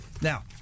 Now